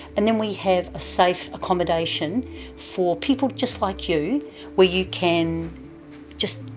and then we have a safe accommodation for people just like you where you can just